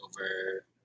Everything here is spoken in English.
over